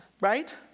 Right